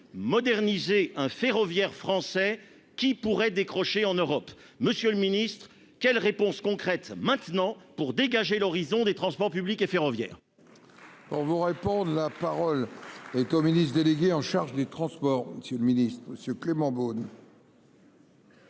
moderniser hein ferroviaire français qui pourraient décrocher en Europe, monsieur le Ministre, quelle réponse concrète maintenant pour dégager l'horizon des transports publics et ferroviaires. On vous répond : la parole. Et comme ministre délégué en charge des transports, Monsieur le Ministre Monsieur Clément Beaune.